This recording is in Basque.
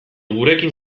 gurekin